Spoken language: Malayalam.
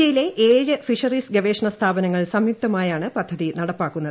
ഇന്ത്യയിലെ ഏഴ് ഫിഷറീസ് ഗവേഷണ സ്ഥാപനങ്ങൾ സംയുക്തമയാണ് പദ്ധതി നടപ്പാക്കുന്നത്